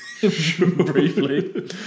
briefly